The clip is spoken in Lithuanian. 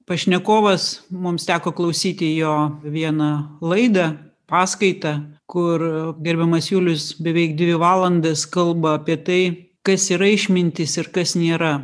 pašnekovas mums teko klausyti jo vieną laidą paskaitą kur gerbiamas julius beveik dvi valandas kalba apie tai kas yra išmintis ir kas nėra